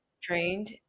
trained